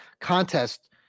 contest